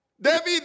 David